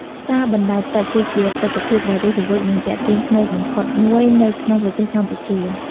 ផ្សារបណ្តែតទឹកគឺជាទិដ្ឋភាពដ៏រស់រវើក និងទាក់ទាញភ្នែកបំផុតមួយនៅក្នុងប្រទេសកម្ពុជា។